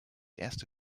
erste